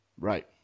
Right